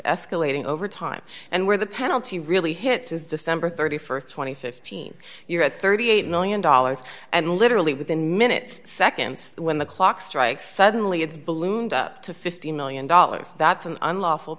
escalating over time and where the penalty really hits is december st two thousand and fifteen you're at thirty eight million dollars and literally within minutes seconds when the clock strikes suddenly it's ballooned up to fifty million dollars that's an unlawful